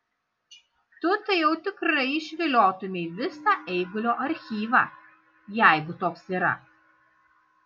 tu tai jau tikrai išviliotumei visą eigulio archyvą jeigu toks yra